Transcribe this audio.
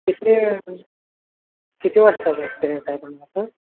किती किती वर्षाचा एक्सपिरियन्स आहे तुम्हाला सर